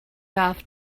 off